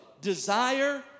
desire